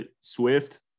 Swift